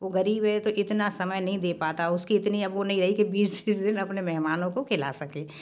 वो ग़रीब हैं तो इतना समय नहीं दे पता उसकी इतनी अब वो नहीं रही कि बीस बीस दिन अपने मेहमानों को खिला सके